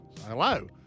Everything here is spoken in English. hello